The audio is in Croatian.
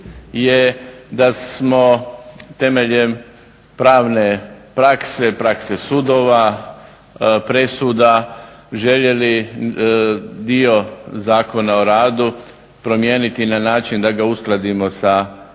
je da smo temeljem pravne prakse, prakse sudova, presuda željeli dio Zakona o radu promijeniti na način da se usklade na način